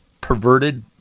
perverted